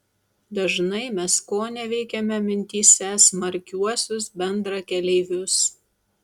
dažnai mes koneveikiame mintyse smarkiuosius bendrakeleivius